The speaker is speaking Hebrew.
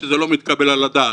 שזה לא מתקבל על הדעת,